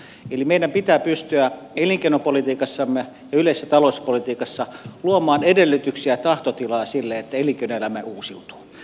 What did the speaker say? eli meidän pitää pystyä elinkeinopolitiikassamme ja yleisessä talouspolitiikassa luomaan edellytyksiä ja tahtotilaa sille että elinkeinoelämä uusiutuu